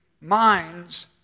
minds